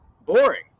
Boring